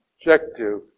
objective